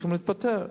צריכים להתפטר.